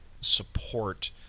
support